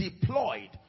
deployed